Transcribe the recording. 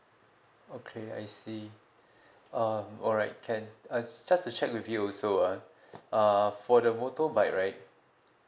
okay I see uh alright can I just to check with you also ah uh for the motorbike right